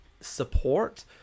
support